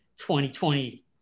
2020